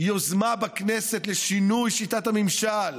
יוזמה בכנסת לשינוי שיטת הממשל,